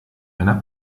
einer